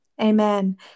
amen